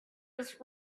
his